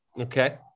Okay